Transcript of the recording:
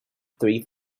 three